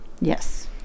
Yes